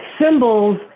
symbols